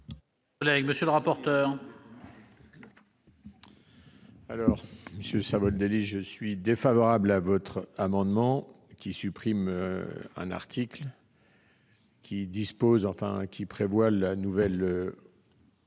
Monsieur le rapporteur,